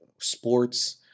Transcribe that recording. Sports